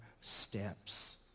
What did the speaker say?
steps